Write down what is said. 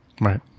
right